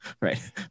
Right